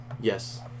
Yes